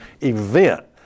event